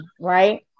right